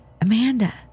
Amanda